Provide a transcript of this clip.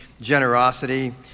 generosity